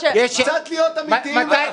קצת להיות אמיתיים.